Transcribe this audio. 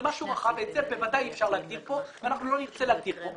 זה משהו רחב ובוודאי אי אפשר להגדיר כאן ואנחנו לא נרצה להגדיר כאן.